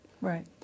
Right